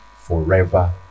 forever